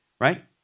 right